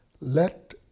let